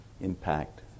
impact